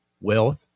wealth